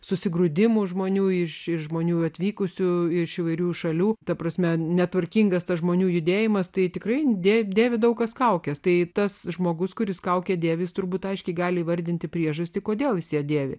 susigrūdimų žmonių iš žmonių atvykusių iš įvairių šalių ta prasme netvarkingas tas žmonių judėjimas tai tikrai indė dėvi daug kas kaukes tai tas žmogus kuris kaukę dėvintis turbūt aiškiai gali įvardinti priežastį kodėl jis ją dėvi